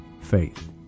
faith